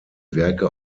werke